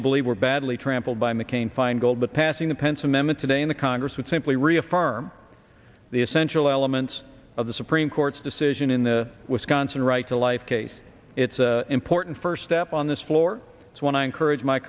to believe were badly trampled by mccain feingold but passing the pencil memet today in the congress would simply reaffirm the essential elements of the supreme court's decision in the wisconsin right to life case it's important first step on this floor when i encourage my